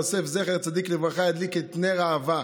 יש את ההלכה לדורי-דורות אשר קובעת,